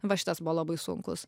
va šitas buvo labai sunkus